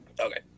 Okay